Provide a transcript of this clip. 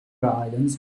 islands